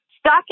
stuck